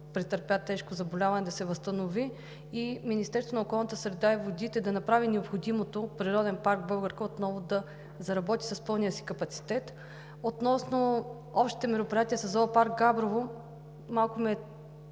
претърпя тежко заболяване, да се възстанови и Министерството на околната среда и водите да направи необходимото Природен парк „Българка“ отново да заработи с пълния си капацитет. Относно общите мероприятия със Зоопарк – Габрово, малко ми е